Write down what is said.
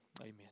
Amen